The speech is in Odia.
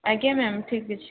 ଆଜ୍ଞା ମ୍ୟାମ୍ ଠିକ୍ ଅଛି